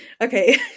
okay